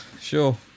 sure